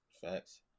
Facts